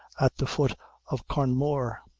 at the foot of carnmore.